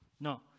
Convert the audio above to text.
No